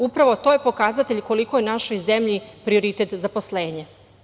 Upravo to je pokazatelj koliko je našoj zemlji prioritet zaposlenje.